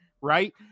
right